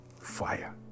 fire